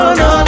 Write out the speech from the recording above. no